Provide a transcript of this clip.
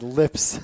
lips